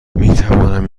میتوانم